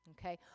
okay